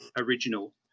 original